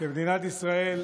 מדינת ישראל